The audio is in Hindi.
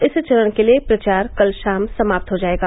इस चरण के लिए प्रचार कल शाम समाप्त हो जाएगा